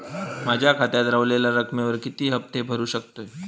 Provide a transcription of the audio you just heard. माझ्या खात्यात रव्हलेल्या रकमेवर मी किती हफ्ते भरू शकतय?